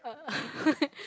uh